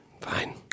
Fine